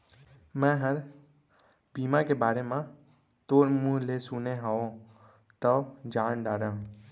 मैंहर बीमा के बारे म तोर मुँह ले सुने हँव तव जान डारेंव